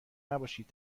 نباشید